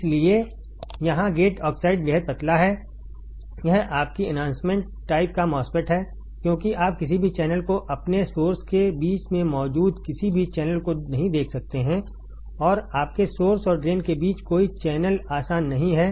इसलिए यहां gate oxide बेहद पतला है यह आपकी एन्हांसमेंट टाइप का MOSFET है क्योंकि आप किसी भी चैनल को अपने सोर्स के बीच में मौजूद किसी भी चैनल को नहीं देख सकते हैं और आपके सोर्स और ड्रेन के बीच कोई चैनल आसान नहीं है